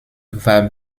war